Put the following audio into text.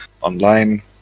online